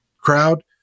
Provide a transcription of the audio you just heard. crowd